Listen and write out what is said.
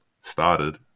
started